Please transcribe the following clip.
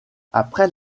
après